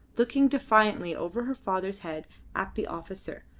looking defiantly over her father's head at the officer,